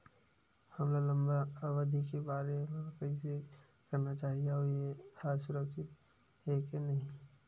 हमन ला लंबा अवधि के बर कइसे करना चाही अउ ये हा सुरक्षित हे के नई हे?